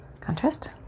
Contrast